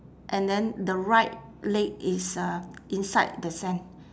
and then the right leg is uh inside the sand